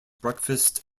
breakfast